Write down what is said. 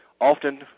often